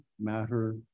matter